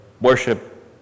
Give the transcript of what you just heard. worship